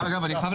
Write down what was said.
תודה.